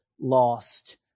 lost